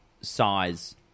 size